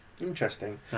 Interesting